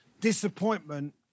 disappointment